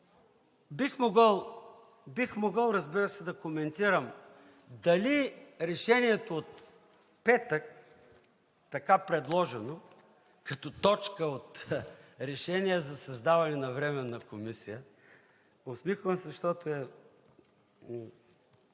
Бих могъл, разбира се, да коментирам дали решението от петък – така предложено като точка от решение за създаване на временна комисия… Усмихвам се, защото е